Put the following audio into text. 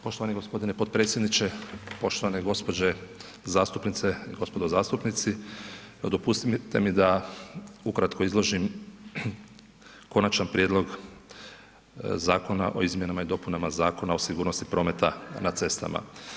Poštovani gospodine potpredsjedniče, poštovane gospođe zastupnice, gospodo zastupnici dopustite mi da ukratko izložim Konačan prijedlog Zakona o izmjenama i dopunama Zakona o sigurnosti prometa na cestama.